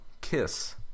Kiss